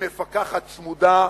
כמפקחת צמודה,